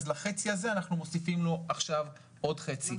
אז לחצי הזה אנחנו מוסיפים לו עכשיו עוד חצי.